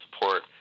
support